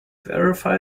verify